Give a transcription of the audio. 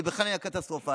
זה בכלל נהיה קטסטרופלי.